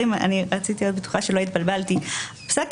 אני רק רציתי להיות בטוחה שלא התבלבלתי: פסק